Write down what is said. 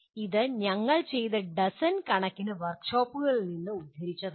ഇത് ഞങ്ങൾ ചെയ്ത ഡസൻ കണക്കിന് വർക്ഷോപ്പുകളിൽ നിന്ന് ഉദ്ധരിച്ചതാണ്